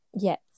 yes